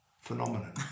phenomenon